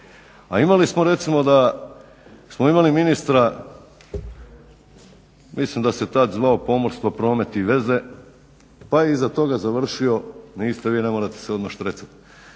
a imali smo recimo da smo imali ministra mislim da se tada zvao pomorstvo, promet i veze pa iza toga završio, niste vi ne morate se odmah štrecat,